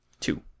Two